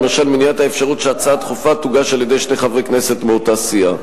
למשל מניעת האפשרות שהצעה דחופה תוגש על-ידי שני חברי כנסת מאותה סיעה.